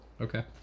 Okay